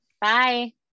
Bye